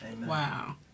Wow